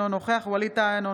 אינו נוכח ווליד טאהא,